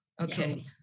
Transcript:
Okay